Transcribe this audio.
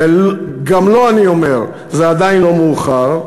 וגם לו אני אומר: זה עדיין לא מאוחר.